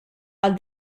għal